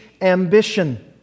ambition